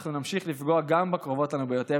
אנחנו נמשיך לפגוע גם בקרובות לנו ביותר,